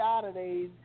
Saturdays